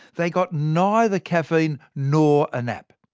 they got neither caffeine nor a nap.